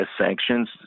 sanctions